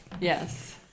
Yes